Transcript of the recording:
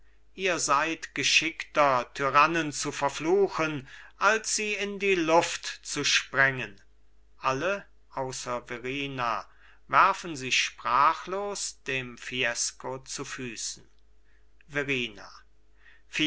ihr seid geschickter tyrannen zu verfluchen als sie in die luft zu sprengen alle außer verrina werfen sich sprachlos dem fiesco zu füßen